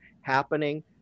happening